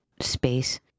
space